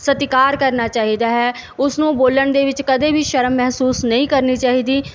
ਸਤਿਕਾਰ ਕਰਨਾ ਚਾਹੀਦਾ ਹੈ ਉਸ ਨੂੰ ਬੋਲਣ ਦੇ ਵਿੱਚ ਕਦੇ ਵੀ ਸ਼ਰਮ ਮਹਿਸੂਸ ਨਹੀਂ ਕਰਨੀ ਚਾਹੀਦੀ